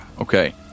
Okay